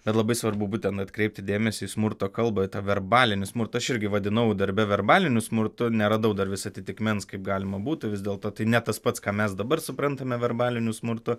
bet labai svarbu būtent atkreipti dėmesį į smurto kalbą į tą verbalinį smurtą aš irgi vadinau darbe verbaliniu smurtu neradau dar vis atitikmens kaip galima būtų vis dėlto tai ne tas pats ką mes dabar suprantame verbaliniu smurtu